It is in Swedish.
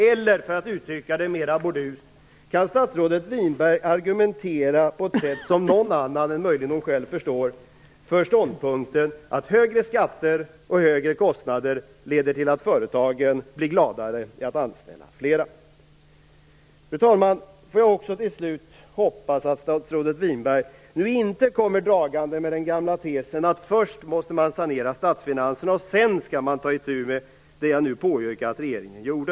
Eller, för att uttrycka det mera burdust: Kan statsrådet Winberg argumentera på ett sätt som någon annan än möjligen hon själv förstår för ståndpunkten att högre skatter och högre kostnader leder till att företagen blir gladare i att anställa fler? Fru talman! Slutligen hoppas jag att statsrådet Winberg nu inte kommer dragande med den gamla tesen att man först måste sanera statsfinanserna och att man sedan skall ta itu med det som jag nu påyrkar att regeringen gjorde.